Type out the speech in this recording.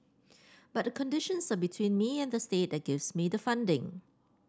but the conditions are between me and the state that gives me the funding